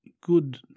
good